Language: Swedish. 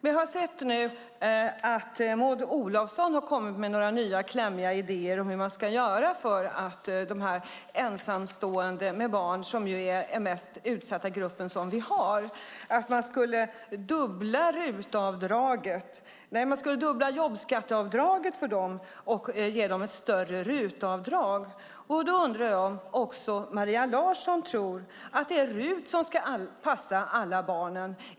Vi har nu sett att Maud Olofsson kommit med några nya klämmiga idéer om hur man ska göra för ensamstående föräldrar - vår mest utsatta grupp - nämligen om att dubbla jobbskatteavdraget för dem och om att ge dem ett större RUT-avdrag. Jag undrar om också Maria Larsson tror att RUT ska passa alla barnen.